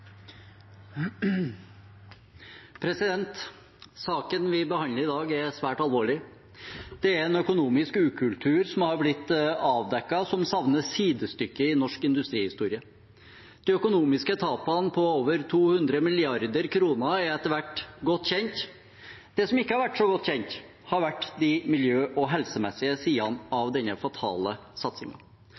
Saken vi behandler i dag, er svært alvorlig. Det er avdekket en økonomisk ukultur som savner sidestykke i norsk industrihistorie. De økonomiske tapene på over 200 mrd. kr er etter hvert godt kjent. Det som ikke har vært så godt kjent, har vært de miljø- og helsemessige sidene av denne fatale